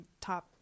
top